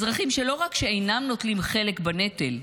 אזרחים שלא רק שאינם נוטלים חלק בנטל,